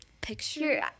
Picture